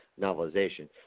novelization